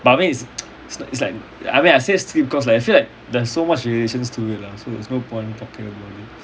but I mean is is is like I mean I say switch because like I feel like there's so much relations to it lah so there's no point talking about it